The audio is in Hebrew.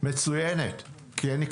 כי אני,